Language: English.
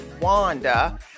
Wanda